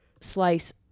slice